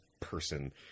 person